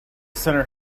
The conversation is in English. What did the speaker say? center